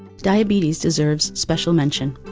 diabetes deserve special mention.